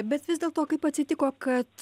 bet vis dėlto kaip atsitiko kad